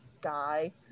guy